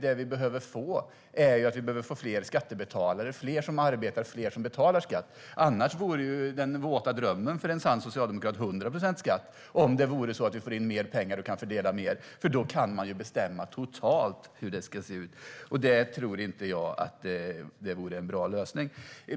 Det vi behöver få är fler som arbetar och fler som betalar skatt. Annars vore den våta drömmen för en sann socialdemokrat 100 procents skatt, om det vore så att vi fick in mer pengar och kunde fördela mer. Då kan man ju bestämma totalt hur det ska se ut. Det tror jag inte vore någon bra lösning.